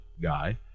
guy